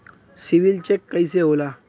CIBIL check कइसे होला?